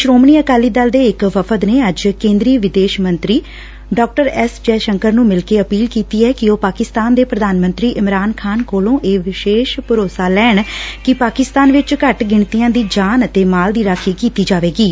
ਸ਼ੋਮਣੀ ਅਕਾਲੀ ਦਲ ਦੇ ਇਕ ਵਫ਼ਦ ਨੇ ਅੱਜ ਕੇਂਦਰੀ ਵਿਦੇਸ਼ ਮੰਤਰੀ ਡਾਕਟਰ ਐਸ ਜਯਸ਼ੋਕਰ ਨੂੰ ਮਿਲ ਕੇ ਅਪੀਲ ਕੀਤੀ ਐ ਕਿ ਉਹ ਪਾਕਿਸਤਾਨ ਦੇ ਪ੍ਰਧਾਨ ਇਮਰਾਨ ਖ਼ਾਨ ਕੋਲੋਂ ਇਹ ਵਿਸ਼ੇਸ਼ ਭਰੋਸਾ ਲੈਣ ਕਿ ਪਾਕਿਸਤਾਨ ਵਿਚ ਘੱਟ ਗਿਣਤੀਆਂ ਦੀ ਜਾਨ ਅਤੇ ਮਾਲ ਦੀ ਰਾਖੀ ਕੀਤੀ ਜਾਵੇਗੀ